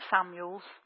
Samuels